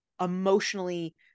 emotionally